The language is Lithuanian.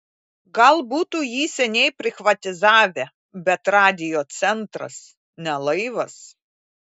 gal būtų jį seniai prichvatizavę bet radijo centras ne laivas